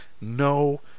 No